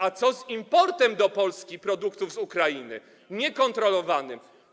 A co z importem do Polski produktów z Ukrainy, niekontrolowanym?